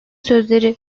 sözleri